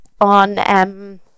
on